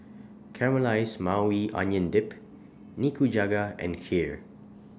Caramelized Maui Onion Dip Nikujaga and Kheer